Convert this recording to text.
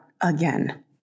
again